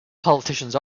politicians